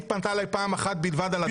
פנתה אליי פעם אחת בלבד על הדבר הזה.